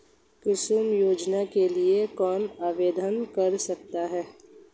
कुसुम योजना के लिए कौन आवेदन कर सकता है?